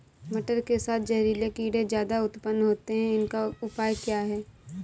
मटर के साथ जहरीले कीड़े ज्यादा उत्पन्न होते हैं इनका उपाय क्या है?